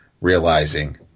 realizing